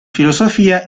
filosofia